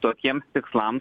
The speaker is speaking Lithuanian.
tokiems tikslams